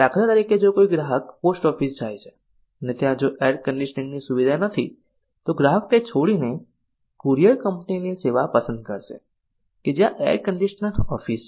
દાખલા તરીકે જો કોઈ ગ્રાહક પોસ્ટ ઓફીસ જાય છે અને ત્યાં જો એર કન્ડીશનીંગ ની સુવિધા નથી તો ગ્રાહક તે છોડીને કુરિયર કંપની ની સેવા પસંદ કરશે કે જ્યાં એરકન્ડિશન્ડ ઓફિસ છે